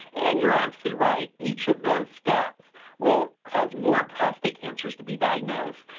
and you're absolutely right each of those steps will cause more prostate cancers to be diagnosed.